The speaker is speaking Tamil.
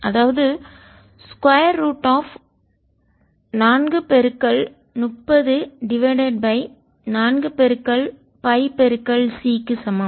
அதாவது square root of 430 divided by pi C க்கு சமம்